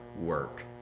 work